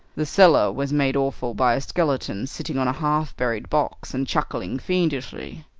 the cellar was made awful by a skeleton sitting on a half-buried box and chuckling fiendishly.